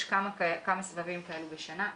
יש כמה סבבים כאלה בשנה.